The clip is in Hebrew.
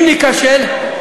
אם ניכשל,